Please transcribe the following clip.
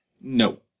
No